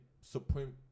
Supreme